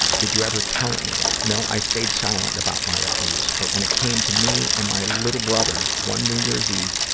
did you ever tell anyone? no. i stayed silent about my abuse. but when it came to me and my little brother one new year's eve,